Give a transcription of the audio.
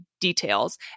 details